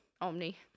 Omni